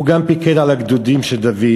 הוא גם פיקד על הגדודים של דוד,